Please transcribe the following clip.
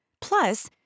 Plus